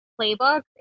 playbooks